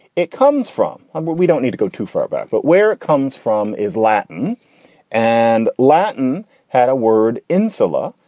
it comes from and where we don't need to go too far back. but where it comes from is latin and latin had a word insula.